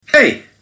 Hey